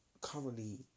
currently